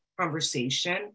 conversation